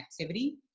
Activity